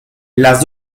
las